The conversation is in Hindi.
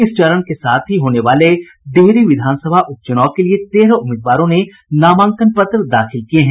इस चरण के साथ ही होने वाले डिहरी विधानसभा उपच्नाव के लिए तेरह उम्मीदवारों ने नामांकन पत्र दाखिल किये हैं